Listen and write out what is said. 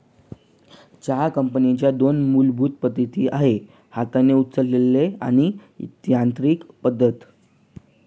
चहा कापणीच्या दोन मूलभूत पद्धती आहेत हाताने उचलणे आणि यांत्रिकी पद्धत